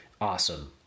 awesome